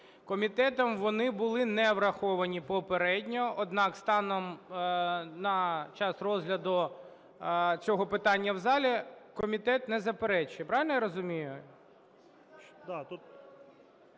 Комітетом вони буле не враховані попередньо, однак станом на час розгляду цього питання в залі комітет не заперечує, правильно я розумію?